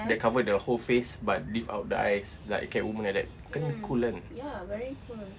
that cover the whole face but leave out the eyes like catwoman like that kan cool kan